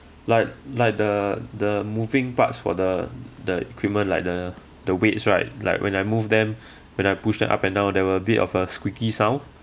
like like the the moving parts for the the equipment like the the weights right like when I move them when I push them up and down there were a bit of a squeaky sound